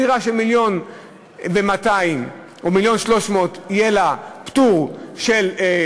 דירה של 1.2 מיליון או 1.3 מיליון יהיה לה פטור של 15%,